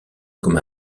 comme